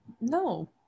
No